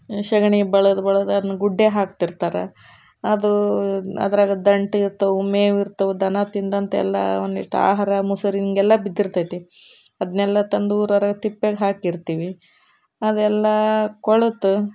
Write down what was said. ಸೆಗಣಿ ಬಳದು ಬಳದು ಅದನ್ನ ಗುಡ್ಡೆ ಹಾಕ್ತಿರ್ತಾರ ಅದು ಅದರಾಗ ದಂಟಿರ್ತವೆ ಮೇವಿರ್ತವೆ ದನ ತಿಂದಂಥ ಎಲ್ಲ ಒಂದಿಷ್ಟ್ ಆಹಾರ ಮೊಸರು ಹಿಂಗೆಲ್ಲ ಬಿದ್ದಿರ್ತೈತಿ ಅದನ್ನೆಲ್ಲ ತಂದು ಊರ ಹೊರಗ್ ತಿಪ್ಪೆಗೆ ಹಾಕಿರ್ತೀವಿ ಅದೆಲ್ಲ ಕೊಳೆತು